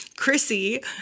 Chrissy